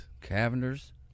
Cavender's